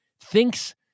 thinks –